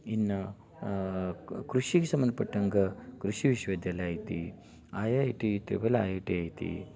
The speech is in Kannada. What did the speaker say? ಇನ್ನೂ ಕೃಷಿಗೆ ಸಂಬಂಧಪಟ್ಟಂತೆ ಕೃಷಿ ವಿಶ್ವವಿದ್ಯಾಲಯ ಐತಿ I I T I I T ಐತಿ